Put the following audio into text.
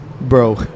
bro